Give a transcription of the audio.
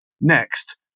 Next